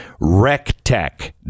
Rectech